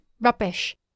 rubbish